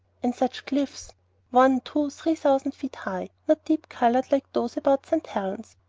and such cliffs one, two, three thousand feet high not deep-colored like those about st. helen's,